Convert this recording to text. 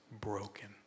broken